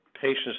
patients